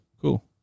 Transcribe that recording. Cool